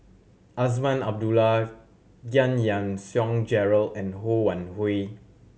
Azman Abdullah Giam Yean Song Gerald and Ho Wan Hui